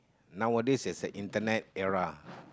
nowadays it's an internet era